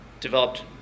developed